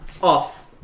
Off